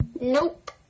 Nope